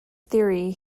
theory